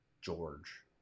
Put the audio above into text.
George